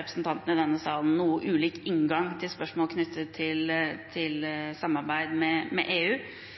representantene i denne salen noe ulik inngang til spørsmål knyttet til samarbeid med EU.